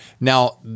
Now